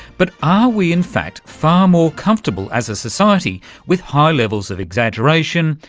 but are we, in fact, far more comfortable as a society with high levels of exaggeration,